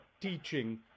teaching